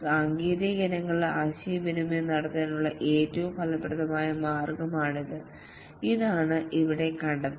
സാങ്കേതിക ഇനങ്ങൾ ആശയവിനിമയം നടത്തുന്നതിനുള്ള ഏറ്റവും ഫലപ്രദമായ മാർഗ്ഗമാണിത് ഇതാണ് ഇവിടെ കണ്ടെത്തൽ